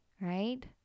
right